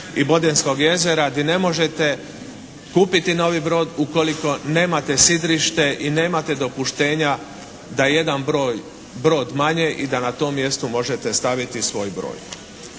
i Bodenskog jezera gdje ne možete kupiti novi brod ukoliko nemate sidrište i nemate dopuštenja da jedan brod manje i da na to mjesto možete staviti svoj brod.